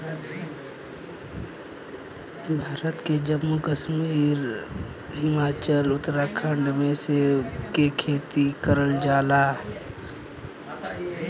भारत के जम्मू कश्मीर, हिमाचल आउर उत्तराखंड में सेब के खेती करल जाला